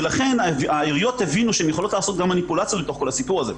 ולכן העיריות הבינו שהן יכולות לעשות מניפולציות בתוך כל הסיפור הזה.